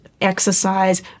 exercise